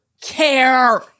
care